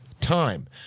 time